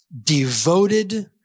devoted